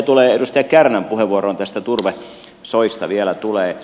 mitä edustaja kärnän puheenvuoroon näistä turvesoista vielä tulee